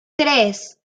tres